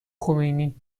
خمینی